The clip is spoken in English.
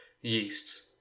yeasts